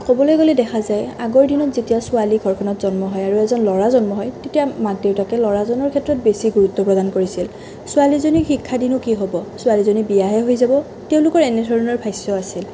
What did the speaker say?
ক'বলৈ গ'লে দেখা যায় আগৰ দিনত যেতিয়া ছোৱালী ঘৰখনত জন্ম হয় আৰু এজন ল'ৰা জন্ম হয় তেতিয়া মাক দেউতাকে ল'ৰাজনৰ প্ৰতি বেছি গুৰুত্ব প্ৰদান কৰিছিল ছোৱালীজনীক শিক্ষা দিনো কি হ'ব ছোৱালীজনী বিয়াহে হৈ যাব তেওঁলোকৰ এনেধৰণৰ ভাষ্য আছিল